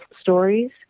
stories